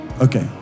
Okay